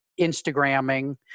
Instagramming